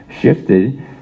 shifted